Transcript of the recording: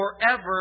forever